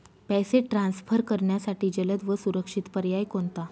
पैसे ट्रान्सफर करण्यासाठी जलद व सुरक्षित पर्याय कोणता?